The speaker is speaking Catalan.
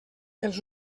els